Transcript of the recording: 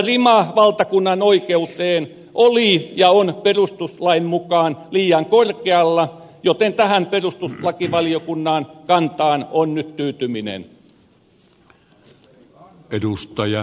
rima valtakunnanoikeuteen oli ja on perustuslain mukaan liian korkealla joten tähän perustuslakivaliokunnan kantaan on nyt tyytyminen